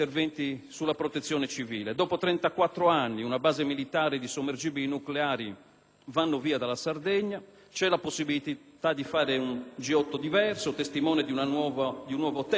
va via dalla Sardegna; c'è la possibilità di fare un G8 diverso, testimone di un nuovo tempo della politica internazionale. C'è un accordo tra il Governo e la Regione Sardegna per cui